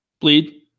Bleed